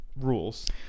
rules